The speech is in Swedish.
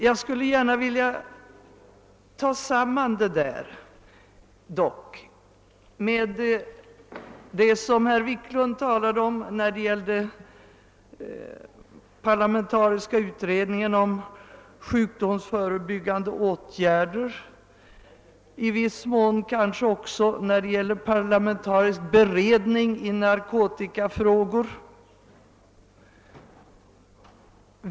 Jag skulle emellertid vilja sammanföra detta med vad herr Wiklund i Stockholm talade om, nämligen den parlamentariska utredningen om sjukdomsförebyggande åtgärder, i viss mån kanske också spörsmålet om parlamentarisk beredning i narkotikafrågor.